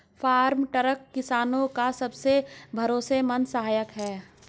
farm truck किसानो का सबसे भरोसेमंद सहायक है